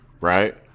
right